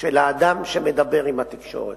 של האדם שמדבר עם התקשורת.